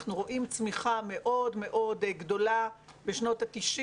אנחנו רואים צמיחה מאוד מאוד גדולה בשנות ה-90